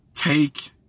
Take